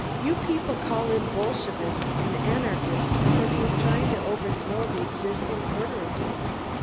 you people call him bolshevist and anarchist, because he is trying to overthrow the existing order of things.